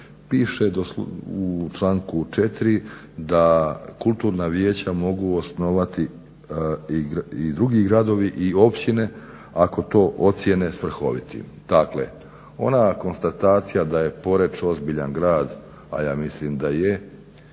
piše u članku 4. da kulturna vijeća mogu osnovati i drugi gradovi i općine ako to ocjene svrhovitim. Dakle, ona konstatacija da je Poreč ozbiljan grad a ja mislim da je,